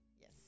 Yes